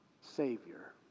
savior